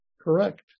Correct